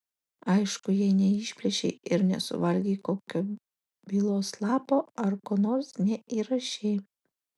aišku jei neišplėšei ir nesuvalgei kokio bylos lapo ar ko nors neįrašei